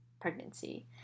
pregnancy